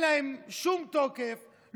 אין להן שום תוקף,